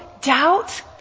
doubt